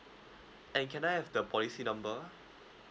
and can I have the policy number